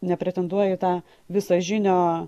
nepretenduoja į tą visažinio